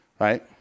Right